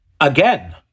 again